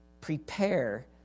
prepare